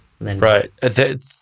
Right